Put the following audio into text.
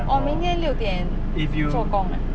orh 明天六点做工 ah